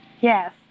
Yes